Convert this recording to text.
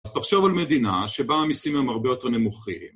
אז תחשוב על מדינה שבה המיסים הם הרבה יותר נמוכים.